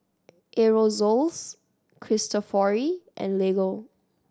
Aerosoles Cristofori and Lego